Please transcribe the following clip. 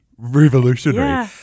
revolutionary